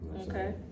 Okay